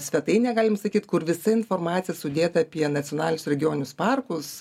svetainė galim sakyt kur visa informacija sudėta apie nacionalinius regioninius parkus